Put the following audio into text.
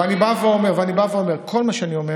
ואני בא ואומר, אני בא ואומר: כל מה שאני אומר